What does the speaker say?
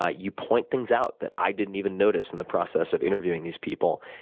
ah you point things out that i didn't even notice in the process of interviewing these people.